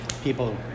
People